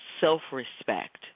self-respect